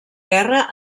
guerra